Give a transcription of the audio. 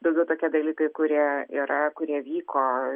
buvo tokie dalykai kurie yra kurie vyko